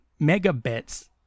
megabits